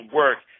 work